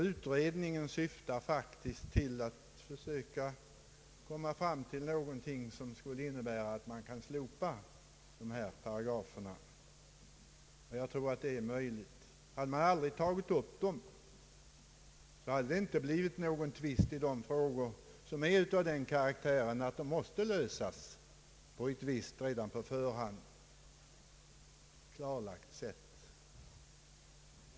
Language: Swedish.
Utredningen har att försöka komma fram till någonting som kunde innebära ett slopande av dessa paragrafer. Jag tror att det är möjligt. Hade man aldrig tagit upp dem, hade det förmodligen inte blivit någon tvist i de frågor som måste lösas på ett visst redan på förhand klarlagt sätt.